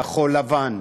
כחול-לבן.